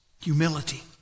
humility